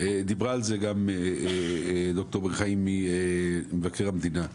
דיברה על זה גם ד"ר בן חיים ממשרד מבקר המדינה.